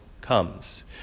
comes